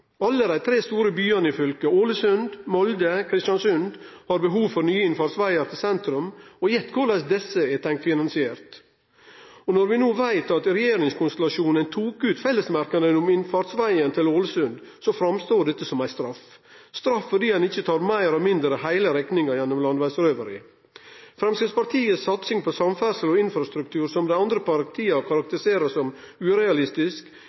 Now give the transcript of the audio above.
fylket, Ålesund, Molde og Kristiansund, har behov for nye innfartsvegar til sentrum. Gjett korleis desse er tenkt finansierte? Når vi no veit at regjeringskonstellasjonen tok ut fellesmerknaden om innfartsvegen til Ålesund, står dette fram som ein straff – straff fordi ein ikkje tar meir eller mindre heile rekninga gjennom landevegsrøveri. Framstegspartiets satsing på samferdsel og infrastruktur, som dei andre partia karakteriserer som urealistisk,